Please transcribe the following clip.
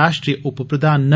राष्ट्रीय उपप्रधान न